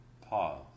pause